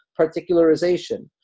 particularization